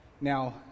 Now